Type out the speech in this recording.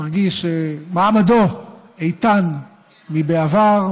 מרגיש שמעמדו איתן מבעבר,